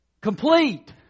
Complete